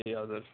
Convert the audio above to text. ए हजुर